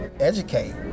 educate